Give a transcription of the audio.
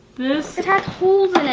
it has holes in it.